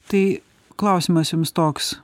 tai klausimas jums toks